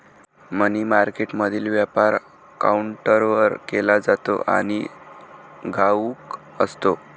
मनी मार्केटमधील व्यापार काउंटरवर केला जातो आणि घाऊक असतो